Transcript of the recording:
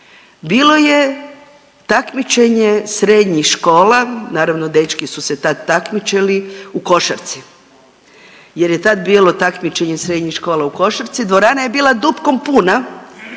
bilo je takmičenje srednjih škola naravno dečki su se tad takmičili u košarci jer je tad bilo takmičenje srednjih škola u košarci, dvorana je bila dupkom puna,